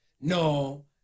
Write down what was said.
no